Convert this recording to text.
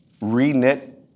re-knit